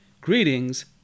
Greetings